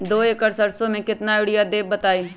दो एकड़ सरसो म केतना यूरिया देब बताई?